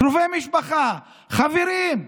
קרובי משפחה, חברים.